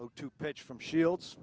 to pitch from shields